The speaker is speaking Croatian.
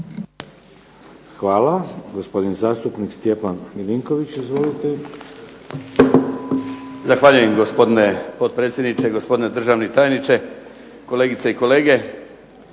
Hvala. Gospodin zastupnik Stjepan MIlinković. Izvolite. **Milinković, Stjepan (HDZ)** Zahvaljujem gospodine potpredsjedniče, gospodine državni tajniče, kolegice i kolege.